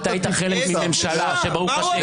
אתה היית חלק מממשלה שברוך השם הציבור לא רצה אותה.